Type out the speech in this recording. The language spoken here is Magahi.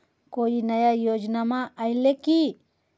कोइ नया योजनामा आइले की?